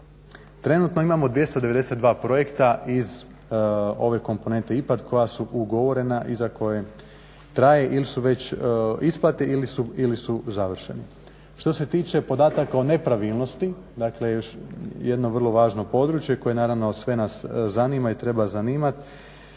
Trenutno imamo 292 projekta iz ove komponente IPARD koja su ugovorena i za koje traje ili su već isplate ili su završeni. Što se tiče podataka o nepravilnosti, dakle još jedno vrlo važno područje koje naravno sve nas zanima i treba zanimati.